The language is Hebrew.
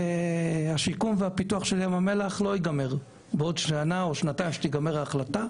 השיקום והפיתוח של ים המלח לא יסתיימו לכשיסתיים תקציב זה.